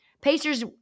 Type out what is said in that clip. Pacers